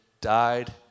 died